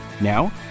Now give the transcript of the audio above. Now